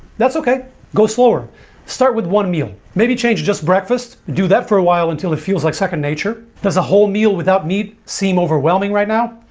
that's okay go slower start with one meal maybe change just breakfast and do that for a while until it feels like second nature there's a whole meal without meat seem overwhelming right now.